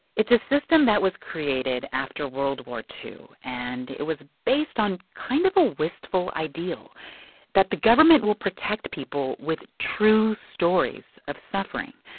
it's a system that was created after world war ii, and it was based on kind of a wistful ideal that the government will protect people with true stories of suffering.